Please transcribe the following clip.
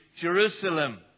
Jerusalem